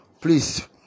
Please